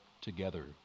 Together